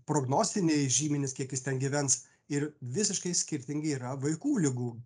prognostiniai žymenys kiek jis ten gyvens ir visiškai skirtingi yra vaikų ligų